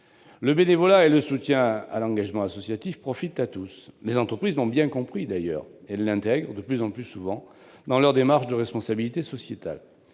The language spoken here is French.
Le bénévolat et le soutien à l'engagement associatif profitent à tous. Les entreprises l'ont d'ailleurs bien compris et l'intègrent de plus en plus dans leur démarche de responsabilité sociétale,